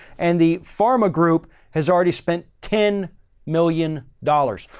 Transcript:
and the pharma group has already spent ten million dollars.